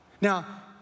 Now